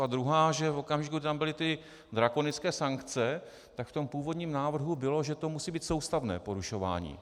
A druhá, že v okamžiku, kdy tam byly ty drakonické sankce, tak v původním návrhu bylo, že to musí být soustavné porušování.